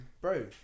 Bro